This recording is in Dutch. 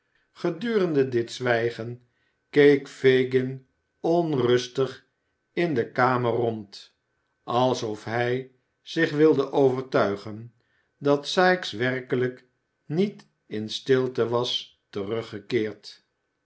gedurende dit zwijgen keek fagin onrustig in de kamer rond alsof hij zich wilde overtuigen dat sikes werkelijk niet in stilte was teruggekeerd